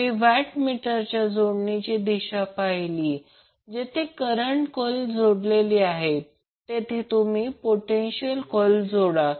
तुम्ही वॅट मीटरच्या जोडणीची दिशा पाहिली जेथे करंट कॉर्ईल जोडलेली आहे तेथे तुम्ही पोटेन्शियल कॉर्ईल जोडा